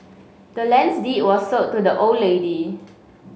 the land's deed was sold to the old lady